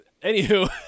Anywho